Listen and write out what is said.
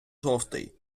жовтий